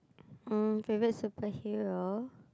uh favourite superhero